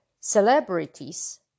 Celebrities